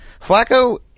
Flacco